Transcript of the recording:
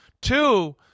two